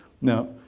Now